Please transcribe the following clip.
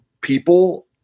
people